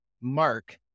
mark